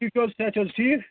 ٹھیٖک چھِو حظ صحت چھ حظ ٹھیٖک